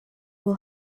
will